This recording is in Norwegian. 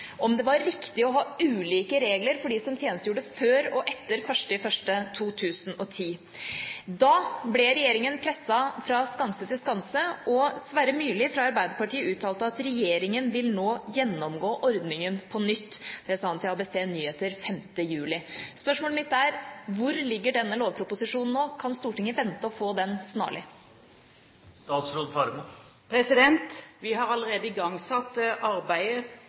om det var riktig å ha ulike regler for dem som tjenestegjorde før og etter 1. januar 2010. Da ble regjeringa presset fra skanse til skanse, og Sverre Myrli fra Arbeiderpartiet uttalte at «regjeringen vil nå gå gjennom ordningen på nytt». Det sa han til ABC nyheter 5. juli. Spørsmålet mitt er: Hvor ligger denne lovproposisjonen nå? Kan Stortinget vente å få den snarlig? Vi har allerede igangsatt arbeidet